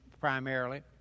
primarily